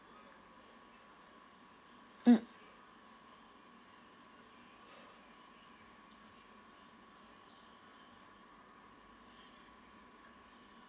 mm